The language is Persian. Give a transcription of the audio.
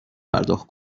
پرداخت